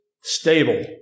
stable